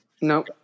No